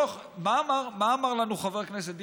מה אמר לנו חבר הכנסת דיכטר?